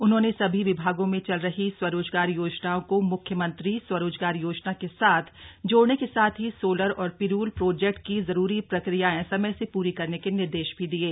उन्होंने सभी विभागों में चल रही स्वरोजगार योजनाओं को म्ख्यमंत्री स्वरोजगार योजना के साथ जोड़ने के साथ ही सोलर और पिरूल प्रोजेक्ट की जरूरी प्रक्रियाएं समय से पूरी करने के निर्देश भी दिये